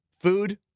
food